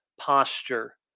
posture